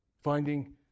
Finding